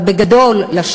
אבל בגדול,